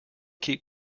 keep